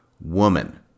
woman